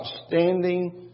outstanding